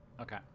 okay